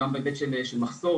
גם בהיבט של מחסור,